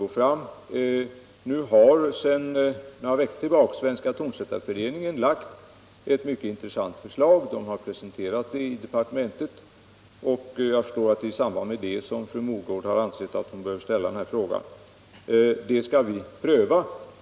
24 maj 1976 För några veckor sedan lade Svenska tonsättareföreningen fram ett — mycket intressant förslag, som har presenterats på departementet. Jag Om säkerheten på förstår att det är i samband därmed som fru Mogård har ansett att hon flygbåtar behövde ställa den här frågan.